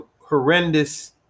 horrendous